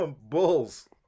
Bulls